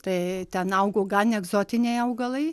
tai ten augo gan egzotiniai augalai